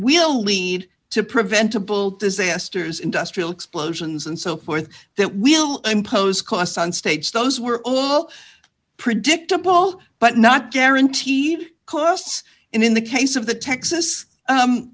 will lead to preventable disasters industrial explosions and so forth that will impose costs on stage those were all predictable but not guaranteed costs in the case of the texas